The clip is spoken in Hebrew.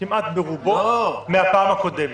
ברובו מהפעם הקודמת.